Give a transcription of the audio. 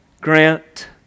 grant